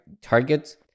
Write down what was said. targets